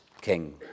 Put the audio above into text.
King